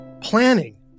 planning